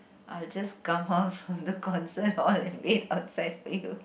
I'd just come out from the concert hall and wait outside for you